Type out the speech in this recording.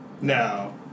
No